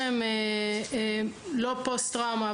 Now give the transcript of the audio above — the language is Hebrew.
שהם לא פוסט-טראומה,